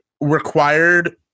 required